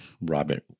Robert